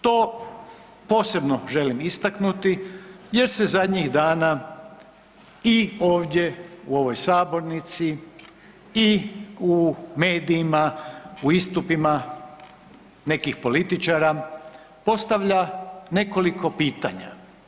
To posebno želim istaknuti jer se zadnjih dana i ovdje u ovoj sabornici i u medijima u istupima nekih političara postavlja nekoliko pitanja.